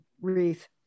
wreath